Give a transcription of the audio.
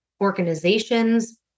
organizations